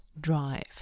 drive